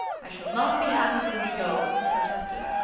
i shall not be happy till we go! he protested.